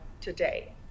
today